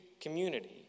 community